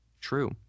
True